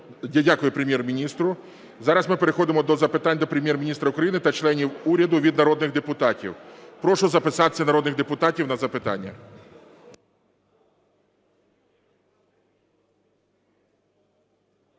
дякую Прем’єр-міністру. Зараз ми переходимо до запитань до Прем’єр-міністра України та членів уряду від народних депутатів. Прошу записатися народних депутатів на запитання.